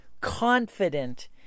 confident